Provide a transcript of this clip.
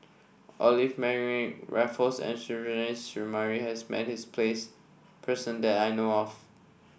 Olivia Mariamne Raffles and Suzairhe Sumari has met his place person that I know of